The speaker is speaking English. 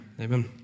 Amen